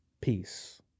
Peace